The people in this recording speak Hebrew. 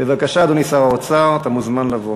בבקשה, אדוני שר האוצר, אתה מוזמן לבוא.